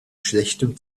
schlechtem